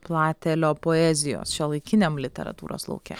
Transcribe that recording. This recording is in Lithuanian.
platelio poezijos šiuolaikiniam literatūros lauke